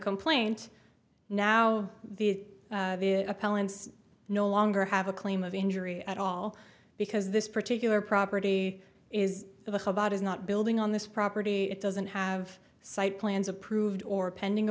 complaint now the appellant's no longer have a claim of injury at all because this particular property is about is not building on this property it doesn't have site plans approved or pending